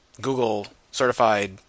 Google-certified